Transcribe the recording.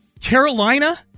Carolina